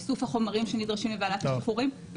איסוף החומר שנדרשים מוועדת השחרורים,